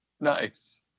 Nice